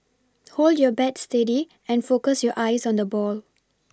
hold your bat steady and focus your eyes on the ball